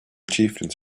chieftains